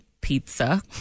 pizza